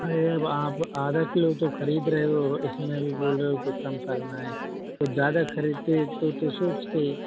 अरे अब आप आधा किलो तो ख़रीद रहे हो इसमें भी बोल रहे हो कि कम करना है कुछ ज़्यादा ख़रीदते तो तो सोचते